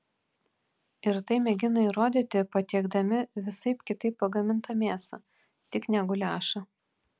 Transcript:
ir tai mėgina įrodyti patiekdami visaip kitaip pagamintą mėsą tik ne guliašą